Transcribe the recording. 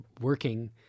working